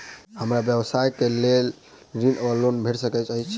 हमरा व्यवसाय कऽ लेल ऋण वा लोन भेट सकैत अछि?